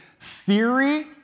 theory